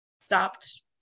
Stopped